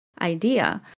idea